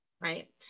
right